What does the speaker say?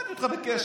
שמעתי אותך בקשב.